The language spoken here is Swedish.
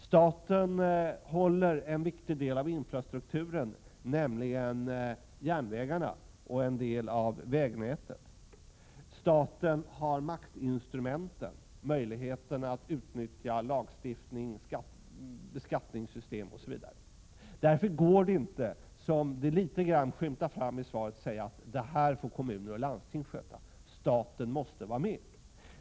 Staten står för en viktig del av infrastrukturen, nämligen järnvägarna och en del av vägnätet. Staten har maktinstrumenten, möjligheten att utnyttja lagstiftning, beskattningssystem osv. Därför går det inte — som det litet grand skymtar fram i svaret — att säga att det här får kommuner och landsting sköta. Staten måste vara med.